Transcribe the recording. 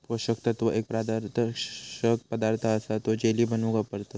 पोषण तत्व एक पारदर्शक पदार्थ असा तो जेली बनवूक वापरतत